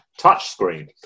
touchscreen